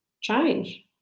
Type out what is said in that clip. change